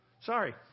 sorry